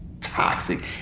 toxic